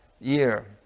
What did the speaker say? year